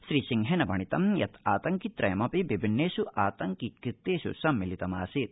श्रीसिंहेन भणितं यत् आतंकित्रयमपि विभिन्नेष् आतंकि कृत्येष् सम्मिलितम् आसीत्